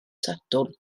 sadwrn